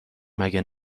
مگه